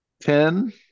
ten